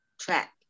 track